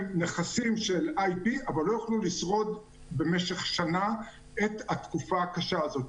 נכסים של IP אבל לא יכלו לשרוד במשך שנה את התקופה הקשה הזו.